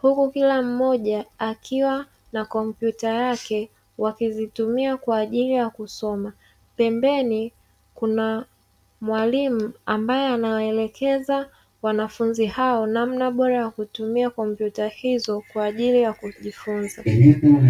huku kila mmoja akiwa na kompyuta yake wakizitumia kwa ajili ya kusoma. Pembeni kuna mwalimu ambaye anawaelekeza wanafunzi hao namna bora ya kutumia kompyuta hizo kwa ajili ya kujifunza.